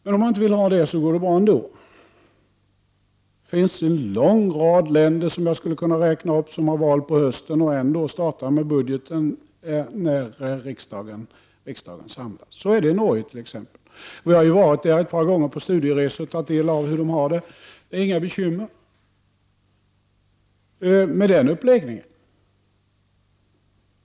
Men om man inte vill ha det, går det bra ändå. Jag skulle kunna räkna upp en lång rad länder som har val på hösten och ändå startar med budgeten när riksdagen samlas. Så är det i t.ex. Norge. Vi har ju ett par gånger varit där på studieresor och tagit del av hur man har ordnat det. Det är inga bekymmer med den uppläggningen.